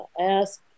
ask